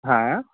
हां